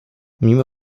mimo